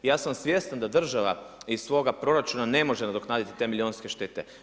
Ja sam svjestan da država iz svoga proračuna ne može nadoknaditi te milijunske štete.